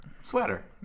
sweater